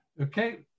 Okay